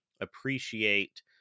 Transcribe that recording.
appreciate